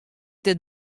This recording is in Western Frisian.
dit